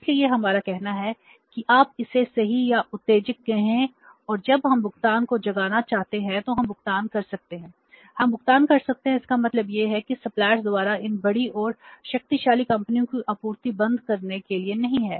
इसलिए यह हमारा कहना है कि आप इसे सही या उत्तेजक कहें और जब हम भुगतान को जगाना चाहते हैं तो हम भुगतान कर सकते हैं हम भुगतान कर सकते हैं इसका मतलब यह है कि सप्लायर्स द्वारा इन बड़ी और शक्तिशाली कंपनियों को आपूर्ति बंद करने के लिए नहीं है